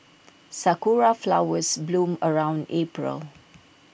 Sakura Flowers bloom around April